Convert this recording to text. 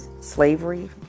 slavery